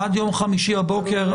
עד יום חמישי בבוקר.